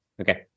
Okay